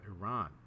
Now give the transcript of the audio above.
Iran